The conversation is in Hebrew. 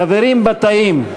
חברים בתאים,